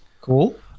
Cool